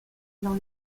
dans